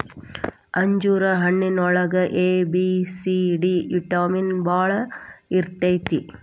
ಅಂಜೂರ ಹಣ್ಣಿನೊಳಗ A, B, C, D vitamin ಬಾಳ ಇರ್ತೈತಿ